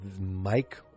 Mike